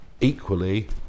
Equally